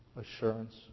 assurance